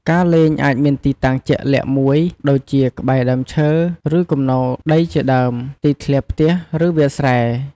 ការលេងអាចមានទីតាំងជាក់លាក់មួយ ដូចជាក្បែរដើមឈើ ឬគំនរដីជាដើម ទីធ្លាផ្ទះ ឬវាលស្រែ។